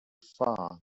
far